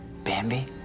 Bambi